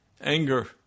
anger